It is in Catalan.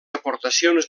aportacions